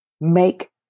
make